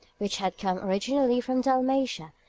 which had come originally from dalmatia,